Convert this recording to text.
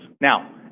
Now